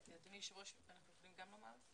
אדוני היושב ראש, אנחנו יכולים גם לומר?